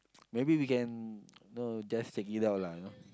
maybe we can know just check it out lah you know